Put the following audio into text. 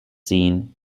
scene